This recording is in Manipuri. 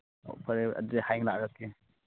ꯐꯔꯦ ꯑꯗꯨꯗꯤ ꯍꯌꯦꯡ ꯂꯥꯛꯂꯒꯦ